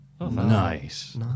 Nice